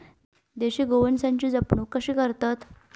देशी गोवंशाची जपणूक कशी करतत?